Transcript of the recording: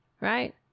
Right